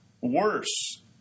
worse